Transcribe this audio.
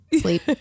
sleep